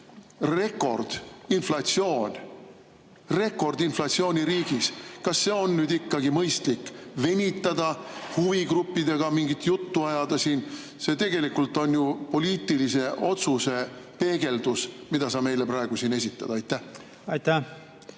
kriisides rekordinflatsiooni riigis on ikkagi mõistlik venitada, huvigruppidega mingit juttu ajada siin? See tegelikult on ju poliitilise otsuse peegeldus, mida sa meile praegu siin esitad. Aitäh!